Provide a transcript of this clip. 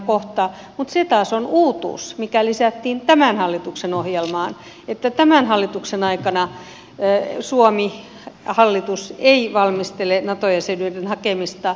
mutta se taas on uutuus mikä lisättiin tämän hallituksen ohjelmaan että tämän hallituksen aikana suomi hallitus ei valmistele nato jäsenyyden hakemista